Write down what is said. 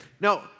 No